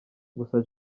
gusa